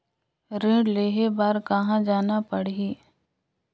ऋण लेहे बार कहा जाना पड़ही?